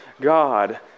God